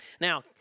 Now